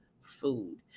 food